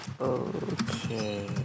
Okay